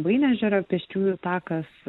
vainežerio pėsčiųjų takas